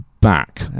back